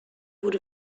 wurde